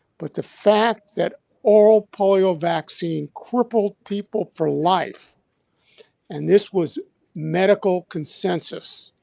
but the fact that oral polio vaccine crippled people for life and this was medical consensus,